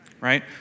right